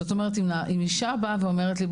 אם אישה באה ואומרת לי,